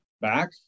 back